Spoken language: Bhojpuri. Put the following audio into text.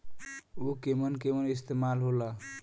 उव केमन केमन इस्तेमाल हो ला?